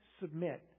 submit